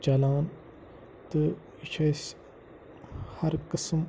چلان تہٕ یہِ چھِ اَسہِ ہر قٕسٕم